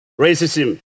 racism